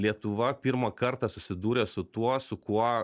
lietuva pirmą kartą susidūrė su tuo su kuo